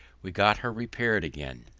we got her repaired again.